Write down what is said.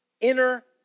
inner